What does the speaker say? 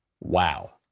Wow